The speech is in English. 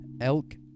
Elk